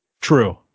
true